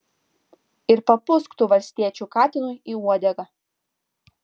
ir papūsk tu valstiečių katinui į uodegą